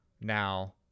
now